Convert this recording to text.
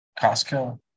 costco